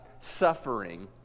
suffering